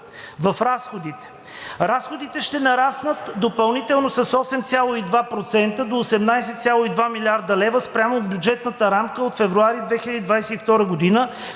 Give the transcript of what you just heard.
в разходите. Разходите ще нараснат допълнително с 8,2% до 18,2 млрд. лв. спрямо бюджетната рамка от февруари 2022 г.,